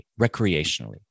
recreationally